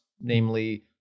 namely